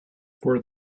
for